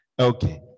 Okay